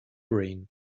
rain